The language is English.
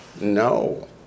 No